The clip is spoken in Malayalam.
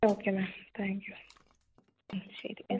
ഓക്കെ മാം താങ്ക് യൂ ശരി